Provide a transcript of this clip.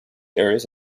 areas